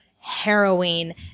harrowing